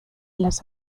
las